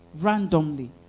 randomly